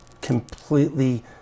completely